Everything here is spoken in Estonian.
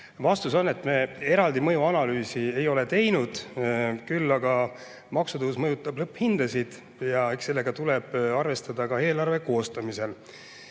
Vastus on, et me eraldi mõjuanalüüsi ei ole teinud, küll aga maksutõus mõjutab lõpphindasid ja eks sellega tuleb arvestada ka eelarve koostamisel.